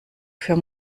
für